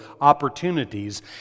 opportunities